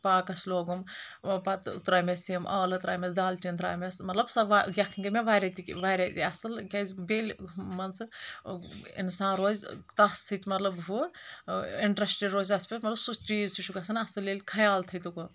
پاکس لوگُم پتہٕ ترٲیمس یِم ٲلہٕ ترٲیمس دالچیٖن ترایمس مطلب سۄ یکھٕنۍ گے مےٚ واریاہ تی واریاہ اصٕل کیاز بییٚہِ ییٚلہِ مان ژٕ انسان روزِ تتھ سۭتۍ مطلب ہُہ انٹرسٹ روزِ تتھ پٮ۪ٹھ مطلب سُہ چیٖز تہِ چھُ گژھان اصٕل ییٚلہِ خیال تھایہِ تُکُن